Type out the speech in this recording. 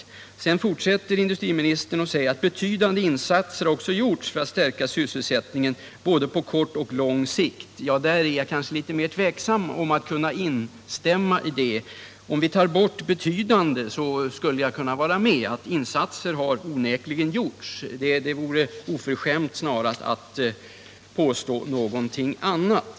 Men sedan fortsätter industriministern: ”Bety dande insatser har också gjorts för att stärka sysselsättningen på både kort och lång sikt.” När det gäller att instämma i det är jag litet mer tveksam. Om vi tar bort ”betydande” skulle jag kunna vara med. Insatser har onekligen gjorts, det vore oförskämt att påstå någonting annat.